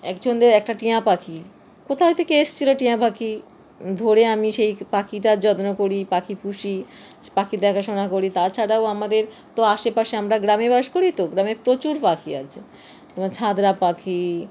একজনদের একটা টিয়া পাখি কোথা থেকে এসছিলো টিয়া পাখি ধরে আমি সেই পাখিটার যত্ন করি পাখি পুষি পাখি দেখাশোনা করি তাছাড়াও আমাদের তো আশেপাশে আমরা গ্রামে বাস করি তো গ্রামে প্রচুর পাখি আছে তোমার ছাদরা পাখি